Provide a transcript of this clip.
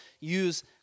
use